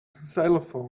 xylophone